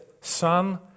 son